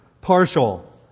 partial